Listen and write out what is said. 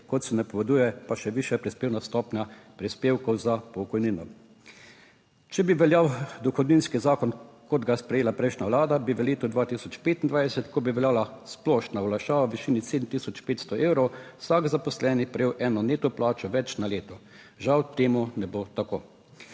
kot se napoveduje, pa še višja prispevna stopnja prispevkov za pokojnino: če bi veljal dohodninski zakon, kot ga je sprejela prejšnja vlada, bi v letu 2025, ko bi veljala splošna olajšava v višini 7500 evrov, vsak zaposleni prejel eno neto plačo več na leto. Žal temu ne bo tako.